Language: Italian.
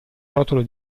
rotolo